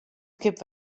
skip